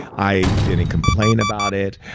i didn't complain about it.